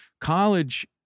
college